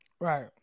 Right